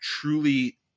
truly